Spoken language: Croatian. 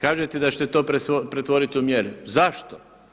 Kažete da ćete to pretvoriti u mjere, zašto?